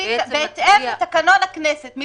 בהתאם לתקנון הכנסת.